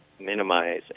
minimize